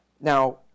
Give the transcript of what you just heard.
Now